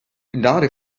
ninety